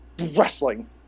wrestling